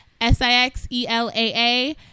S-I-X-E-L-A-A